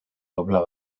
doble